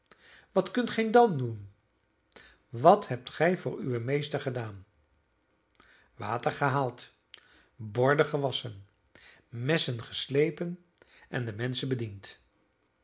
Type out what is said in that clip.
wat kunt gij dan doen wat hebt gij voor uwen meester gedaan water gehaald borden gewasschen messen geslepen en de menschen bediend